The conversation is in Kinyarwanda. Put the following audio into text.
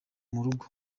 mugo